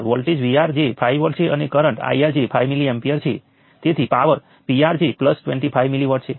અને જો તમે તે બધા ઈકવેશન્સનો સરવાળો કરો તો અમને જે મળે છે તે આ વાદળી સપાટી છોડતા તમામ કરંટોનો સરવાળો છે